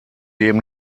dem